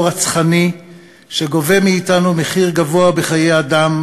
רצחני שגובה מאתנו מחיר גבוה בחיי אדם,